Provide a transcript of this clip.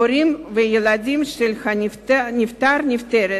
הורים וילדים של הנפטר או הנפטרת.